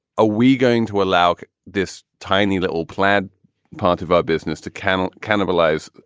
ah we going to allow this tiny little plaid part of our business to cancel cannibalize?